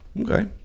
Okay